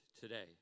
today